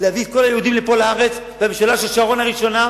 להביא את כל היהודים לפה לארץ בממשלת שרון הראשונה,